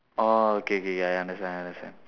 orh K K I understand I understand